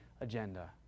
agenda